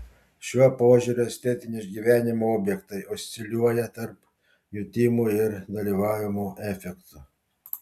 šiuo požiūriu estetinio išgyvenimo objektai osciliuoja tarp jutimų ir dalyvavimo efektų